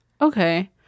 okay